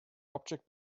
object